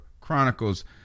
Chronicles